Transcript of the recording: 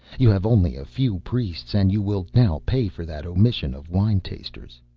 you have only a few priests, and you will now pay for that omission of wine-tasters.